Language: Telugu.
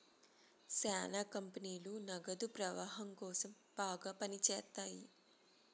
శ్యానా కంపెనీలు నగదు ప్రవాహం కోసం బాగా పని చేత్తాయి